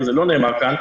וזה לא נאמר כאן,